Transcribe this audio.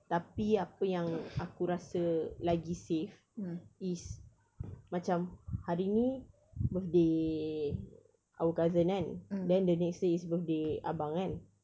tapi apa yang aku rasa lagi save is macam hari ni birthday our cousin kan then the next day birthday abang kan